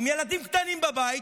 עם ילדים קטנים בבית,